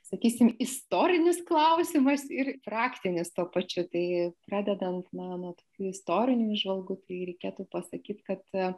sakysim istorinis klausimas ir praktinis tuo pačiu tai pradedant na anot istorinių įžvalgų tai reikėtų pasakyt kad